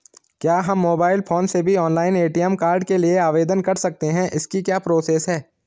क्या हम mobile phone से भी ऑनलाइन ए.टी.एम कार्ड के लिए आवेदन कर सकते हैं इसकी क्या प्रोसेस है?